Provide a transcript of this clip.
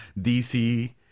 DC